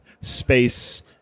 space